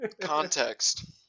context